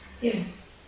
Yes